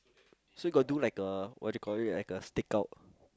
so you got do like a what do you call it like a stake out